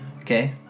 Okay